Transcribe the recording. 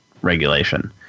regulation